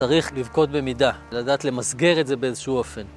צריך לבכות במידה, לדעת למסגר את זה באיזשהו אופן.